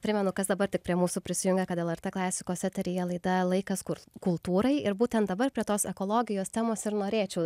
primenu kas dabar tik prie mūsų prisijungia kad lrt klasikos eteryje laidą laikas kurti kultūrai ir būtent dabar prie tos ekologijos temos ir norėčiau